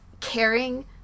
caring